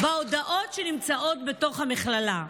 בהודעות שנמצאות בתוך המכללה.